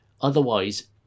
otherwise